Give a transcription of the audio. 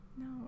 No